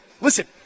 listen